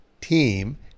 team